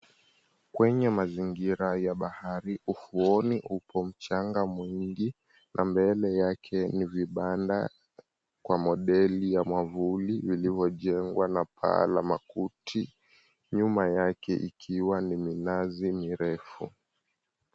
Kwenye mazingira ya bahari, ufuoni uko mchanga mwingi na mbele yake ni vibanda kwa modeli ya mwavuli vilivyo jengwa na paa la makuti nyuma yake ikiwa ni minazi mirefu.